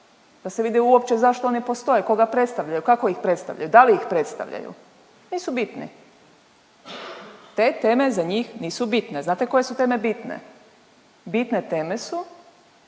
da se vide uopće zašto oni postoje, koja predstavljaju, kako ih predstavljaju, da li ih predstavljaju, nisu bitne. Te teme za njih nisu bitne. Znate koje su teme bitne? Bitne teme su